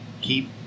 keep